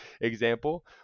example